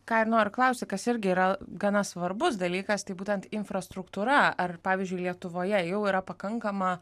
ką ir noriu klausti kas irgi yra gana svarbus dalykas tai būtent infrastruktūra ar pavyzdžiui lietuvoje jau yra pakankama